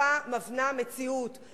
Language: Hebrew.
שפה מַבנה מציאות.